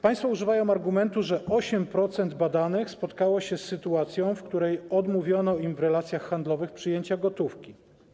Państwo używają argumentu, że 8% badanych spotkało się z sytuacją, w której odmówiono im w relacjach handlowych przyjęcia gotówki.